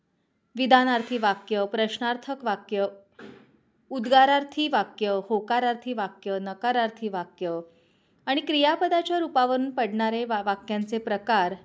विधानार्थी वाक्य प्रश्नार्थक वाक्य उद्गारार्थी वाक्य होकारार्थी वाक्य नकारार्थी वाक्य आणि क्रियापदाच्या रूपावरून पडणारे वा वाक्यांचे प्रकार